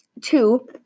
two